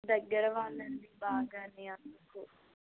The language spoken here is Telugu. దగ్గరవాళ్ళండి బాగా అందుకు